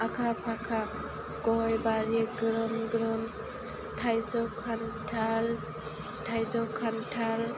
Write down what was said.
आखा फाखा गय बारि ग्रोम ग्रोम थाइजौ खान्थाल थाइजौ खान्थाल